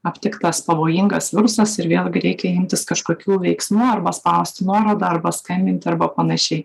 aptiktas pavojingas virusas ir vėlgi reikia imtis kažkokių veiksmų arba spaust nuorodą arba skambinti arba panašiai